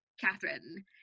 Catherine